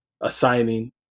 assigning